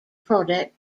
product